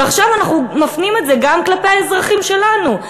ועכשיו אנחנו מפנים את זה גם כלפי האזרחים שלנו.